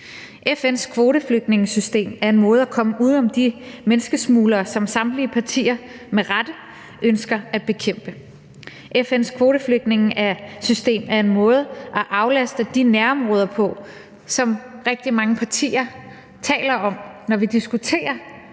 FN's kvoteflygtningesystem er en måde at komme uden om de menneskesmuglere, som samtlige partier med rette ønsker at bekæmpe. FN's kvoteflygtningesystem er en måde at aflaste de nærområder på, som rigtig mange partier taler om, når vi diskuterer